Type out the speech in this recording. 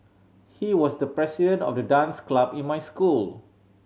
he was the president of the dance club in my school